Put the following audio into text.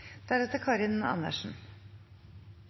Representanten Karin Andersen